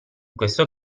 questo